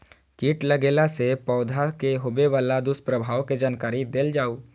कीट लगेला से पौधा के होबे वाला दुष्प्रभाव के जानकारी देल जाऊ?